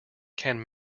can